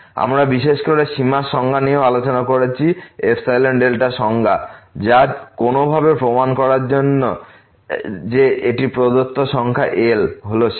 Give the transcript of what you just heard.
আমরা বিশেষ করে সীমার সংজ্ঞা নিয়েও আলোচনা করেছি ϵδ সংজ্ঞা যা কোনোভাবে প্রমাণ করার জন্য যে একটি প্রদত্ত সংখ্যা L হল সীমা